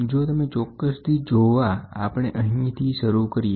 જો તમે ચોક્કસથી જોવા આપણે અહીંથી શરૂ કરીએ